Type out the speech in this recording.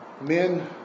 men